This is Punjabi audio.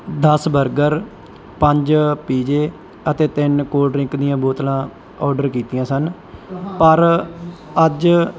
ਦਸ ਬਰਗਰ ਪੰਜ ਪੀਜੇ ਅਤੇ ਤਿੰਨ ਕੋਲਡ ਡਰਿੰਕ ਦੀਆਂ ਬੋਤਲਾਂ ਔਡਰ ਕੀਤੀਆਂ ਸਨ ਪਰ ਅੱਜ